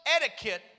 etiquette